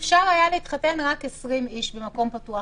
אפשר היה להתחתן במקום פתוח עם 20 אנשים.